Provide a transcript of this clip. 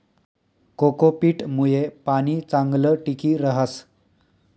cocopeat मुये पाणी चांगलं टिकी रहास